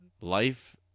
life